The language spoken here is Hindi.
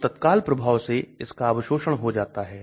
तो तत्काल प्रभाव से इसका अवशोषण हो जाता है